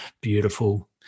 beautiful